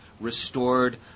restored